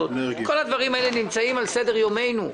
- כל הדברים האלה נמצאים על סדר יומנו.